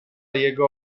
jego